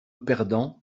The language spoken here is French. perdant